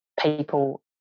people